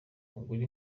ugure